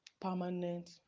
permanent